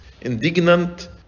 Indignant